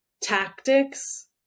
tactics